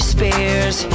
Spears